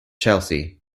chelsea